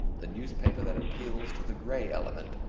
the newspaper that appeals to the grey element,